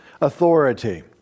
authority